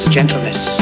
gentleness